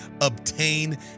obtain